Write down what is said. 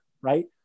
right